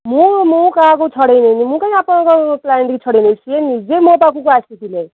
ମୁଁ ମୁଁ କାହାକୁ ଛଡ଼ାଇନେଇନି ମୁଁ କାହିଁକି ଆପଣଙ୍କ କ୍ଲାଇଣ୍ଟ୍କୁ ଛଡ଼ାଇନେବି ସିଏ ନିଜେ ମୋ ପାଖକୁ ଆସିଥିଲେ